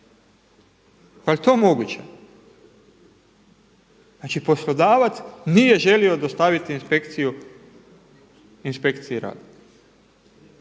li to moguće? Znači poslodavac nije želio dostaviti inspekciji rada.